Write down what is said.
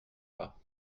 pas